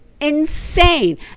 insane